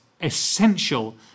essential